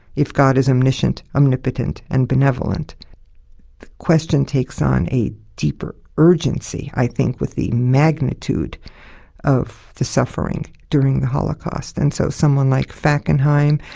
if god is omniscient, omnipotent, and benevolent? the question takes on a deeper urgency, i think, with the magnitude of the suffering during the holocaust. and so someone like fackenheim.